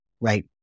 right